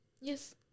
Yes